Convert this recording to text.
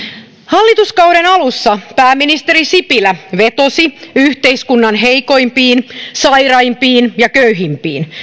hallituskauden alussa pääministeri sipilä vetosi yhteiskunnan heikoimpiin sairaimpiin ja köyhimpiin